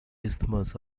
isthmus